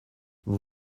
vous